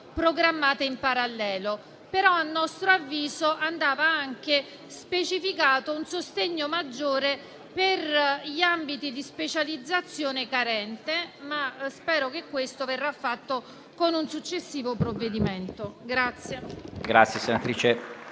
in parallelo. Tuttavia, a nostro avviso, andrebbe specificato un sostegno maggiore per gli ambiti di specializzazione carenti, ma spero che ciò verrà fatto con un successivo provvedimento.